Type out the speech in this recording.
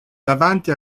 davanti